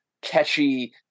catchy